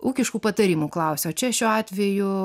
ūkiškų patarimų klausia o čia šiuo atveju